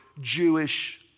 Jewish